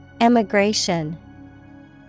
Emigration